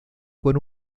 con